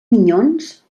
minyons